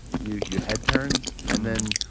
your your head turns, and then,